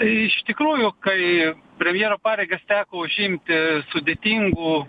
iš tikrųjų kai premjero pareigas teko užimti sudėtingu